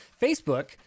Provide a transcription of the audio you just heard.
Facebook